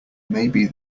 maybe